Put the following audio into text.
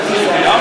אני קובע